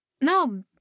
No